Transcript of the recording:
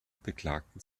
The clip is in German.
beklagten